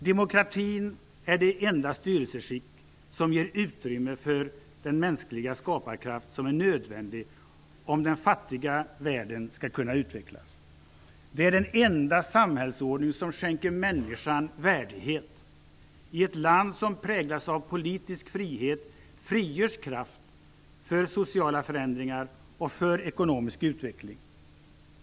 Demokratin är det enda styrelseskick som ger utrymme för den mänskliga skaparkraft som är nödvändig om den fattiga världen skall kunna utvecklas. Det är den enda samhällsordning som skänker människan värdighet. I ett land som präglas av politisk frihet frigörs kraft för sociala förändringar och ekonomisk utveckling.